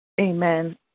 Amen